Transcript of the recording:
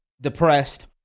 depressed